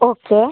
okay